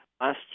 Last